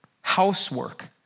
Housework